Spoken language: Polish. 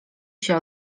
się